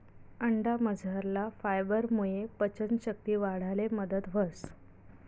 अंडामझरला फायबरमुये पचन शक्ती वाढाले मदत व्हस